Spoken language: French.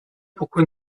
pourquoi